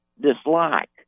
dislike